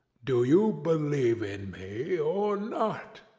do you believe in me or not?